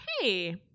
hey